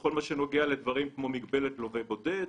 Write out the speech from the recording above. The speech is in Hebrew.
- בכל מה שנוגע למגבלת לווה בודד,